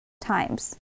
times